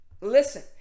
Listen